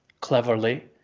cleverly